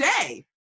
Today